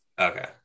Okay